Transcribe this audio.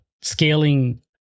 scaling